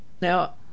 Now